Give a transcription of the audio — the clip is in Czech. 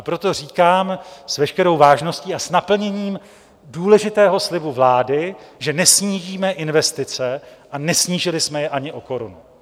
Proto říkám s veškerou vážností a s naplněním důležitého slibu vlády, že nesnížíme investice a nesnížili jsme je ani o korunu.